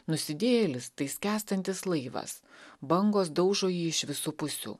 nusidėjėlis tai skęstantis laivas bangos daužo jį iš visų pusių